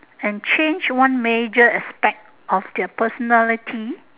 and change one major aspect of their personality